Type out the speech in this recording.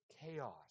chaos